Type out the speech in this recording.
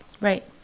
Right